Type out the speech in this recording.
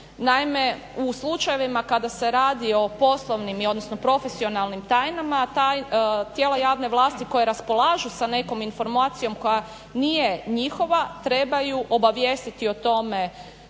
Naime u slučajevima kada se radi o poslovnim odnosno profesionalnim tajnama, tijela javne vlasti koje raspolažu sa nekom inforamcijom koja nije njihova, trebaju obavijestiti o tome